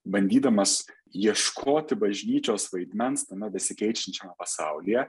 bandydamas ieškoti bažnyčios vaidmens tame besikeičiančiame pasaulyje